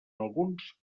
alguns